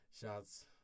Shots